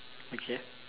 okay